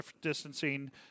distancing